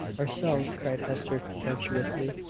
ourselves! cried hester, contemptuously.